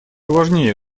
важнее